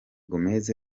gomez